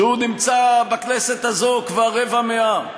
שנמצא בכנסת הזו כבר רבע מאה,